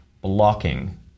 blocking